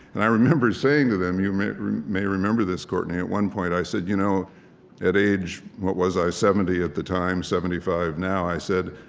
and i remember saying to them you may may remember this, courtney. at one point, i said you know at age what was i seventy at the time, seventy five now, i said,